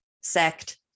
sect